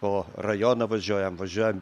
po rajoną važiuojam važiuojam